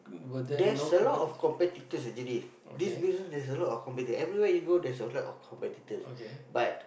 there's a lot of competitors actually this business has a lot of competitors everywhere you go there's a lot of competitors but